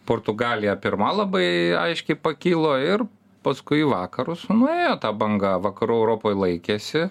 portugalija pirma labai aiškiai pakilo ir paskui į vakarus nuėjo ta banga vakarų europoj laikėsi